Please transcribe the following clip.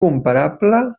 comparable